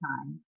time